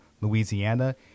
Louisiana